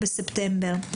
בספטמבר,